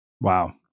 Wow